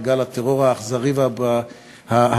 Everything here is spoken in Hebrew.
לגל הטרור האכזרי וההמוני,